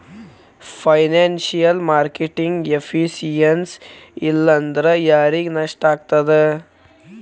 Financial marketing efficiency ಇಲ್ಲಾಂದ್ರ ಯಾರಿಗ್ ನಷ್ಟಾಗ್ತದ?